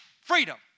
Freedom